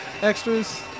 extras